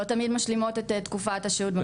לא תמיד משלימות את תקופת השהות במקלט.